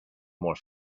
more